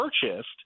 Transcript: purchased